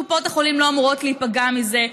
קופות החולים לא אמורות להיפגע מזה,